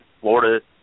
Florida